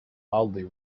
loudly